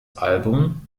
album